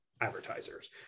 advertisers